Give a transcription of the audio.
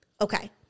Okay